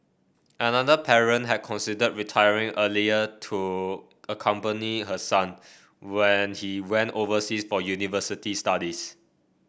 another parent had considered retiring earlier to accompany her son when he went overseas for university studies